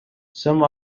some